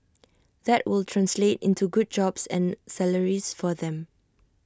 that will translate into good jobs and salaries for them